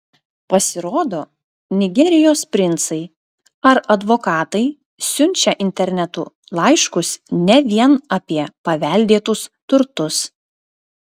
pasirodo nigerijos princai ar advokatai siunčia internetu laiškus ne vien apie paveldėtus turtus